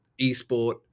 eSport